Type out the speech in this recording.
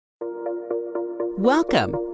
Welcome